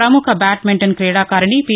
పముఖ బ్యాధ్మింటన్ క్రీడాకారిణి పి